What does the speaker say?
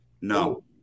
No